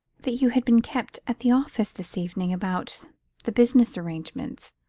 that you had been kept at the office this evening about the business arrangements.